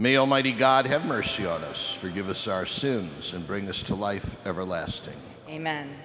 almighty god have mercy on us forgive us our sins and bring this to life everlasting and th